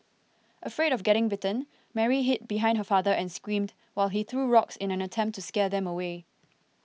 afraid of getting bitten Mary hid behind her father and screamed while he threw rocks in an attempt to scare them away